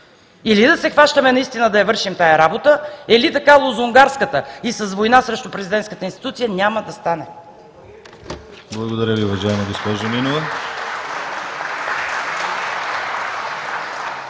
Или да се хващаме наистина да я вършим тази работа, или така – лозунгарската, и с война срещу президентската институция няма да стане!